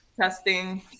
testing